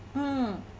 mm